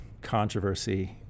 controversy